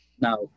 now